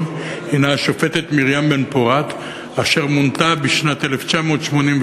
הנה השופטת מרים בן-פורת אשר מונתה בשנת 1988,